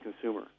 consumer